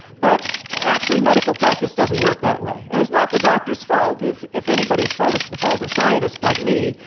but actually, medical practice doesn't work that way. and it's not the doctor's fault, if it's anybody's fault, it's the fault of scientists like me.